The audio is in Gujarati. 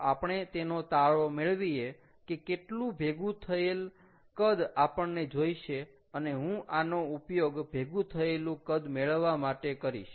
તો આપણે એનો તાળો મેળવીએ કે કેટલું ભેગુ થયેલ કદ આપણને જોઈશે અને હું આનો ઉપયોગ ભેગુ થયેલ કદ મેળવવા માટે કરીશ